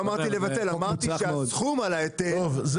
אמרתי שהסכום של ההיטל יישאר --- טוב,